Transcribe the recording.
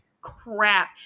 crap